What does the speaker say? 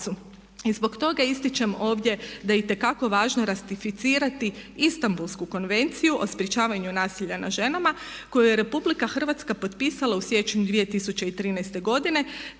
I zbog toga ističem ovdje da je itekako važno ratificirati Istanbulsku konvenciju o sprečavanju nasilja nad ženama koju je RH potpisala u siječnju 2013. godine